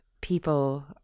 people